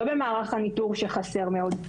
לא במערך הניטור שחסר מאוד,